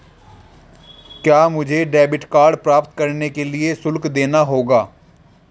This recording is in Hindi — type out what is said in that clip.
क्या मुझे डेबिट कार्ड प्राप्त करने के लिए शुल्क देना होगा?